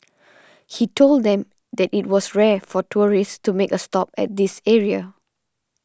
he told them that it was rare for tourists to make a stop at this area